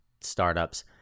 startups